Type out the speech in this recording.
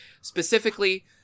specifically